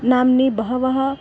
नाम्नि बहवः